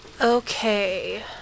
Okay